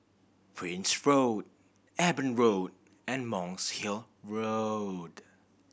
Prince Road Eben Road and Monk's Hill Road